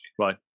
Right